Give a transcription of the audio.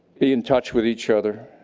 be in touch with each other,